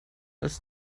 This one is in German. als